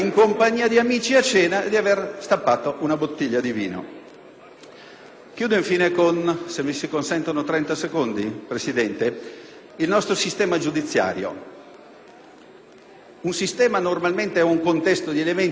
alcune considerazioni sul nostro sistema giudiziario. Un sistema normalmente è un contesto di elementi e di soggetti armonicamente finalizzati ad una funzione.